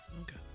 Okay